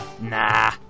Nah